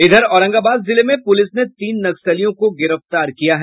इधर औरंगाबाद जिले में पुलिस ने तीन नक्सलियों को गिरफ्तार किया है